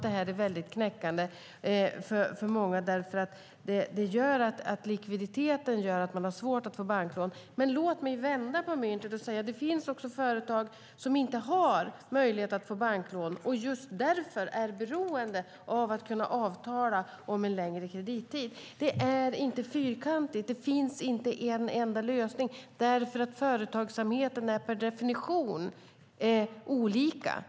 Det är knäckande för många eftersom likviditeten gör att man har svårt att få banklån. Men låt mig vända på myntet och säga att det finns företag som inte har möjlighet att få banklån och därför är beroende av att kunna avtala om en längre kredittid. Det är alltså inte fyrkantigt. Det finns inte en enda lösning eftersom företagsamheten per definition är olika.